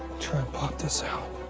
try and pop this out.